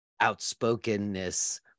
outspokenness